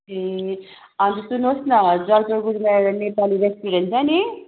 ए अन्त सुन्नु होस् न जलपाइगुढीमा एउटा नेपाली रेस्टुरेन्ट छ नि